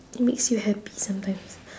it makes you happy sometimes